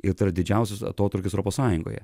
ir tai yra didžiausias atotrūkis europos sąjungoje